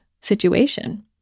situation